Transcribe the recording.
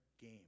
game